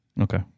Okay